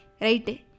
Right